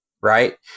right